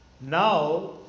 now